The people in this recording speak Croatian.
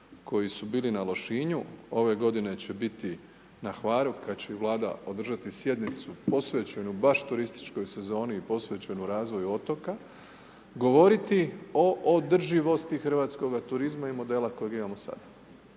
koji su bili na Lošinju, ove godine će biti na Hvaru kad će Vlada održati sjednicu posvećenu baš turističkoj sezoni posvećenu razvoju otoka, govoriti o održivosti hrvatskoga turizma i modela kojeg imamo sada.